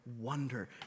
wonder